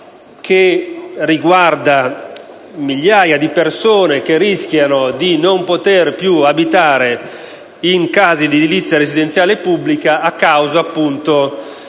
che riguarda migliaia di persone che rischiano di non poter più abitare in case di edilizia residenziale pubblica a causa -